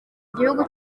igihugu